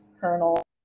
kernel